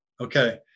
Okay